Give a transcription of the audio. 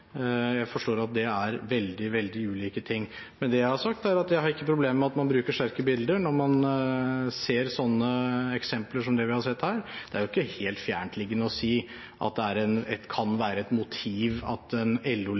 Jeg forstår at det er veldig ulike ting. Det jeg har sagt, er at jeg ikke har problemer med at man bruker sterke bilder når man ser slike eksempler som man har sett her. Det er jo ikke helt fjerntliggende å si at det kan være et motiv at en